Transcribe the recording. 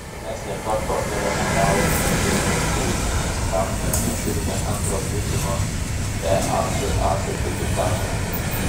mes nė karto neremontavome karinių lėktuvų nes tam net neturime antro būtino easa sertifikato